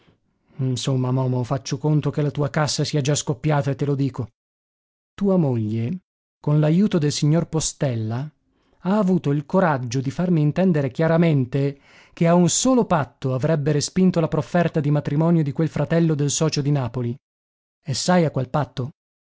insomma momo faccio conto che la tua cassa sia già scoppiata e te lo dico tua moglie con l'ajuto del signor postella ha avuto il coraggio di farmi intendere chiaramente che a un solo patto avrebbe respinto la profferta di matrimonio di quel fratello del socio di napoli e sai a qual patto